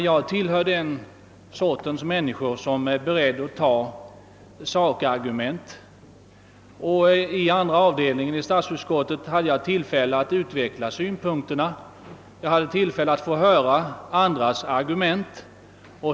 Jag tillhör den sorts människor som är beredd att ta sakargument, och jag hade i statsutskottets andra avdelning möjlighet att utveckla mina synpunkter. Jag hade också tillfälle att höra andras argument.